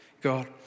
God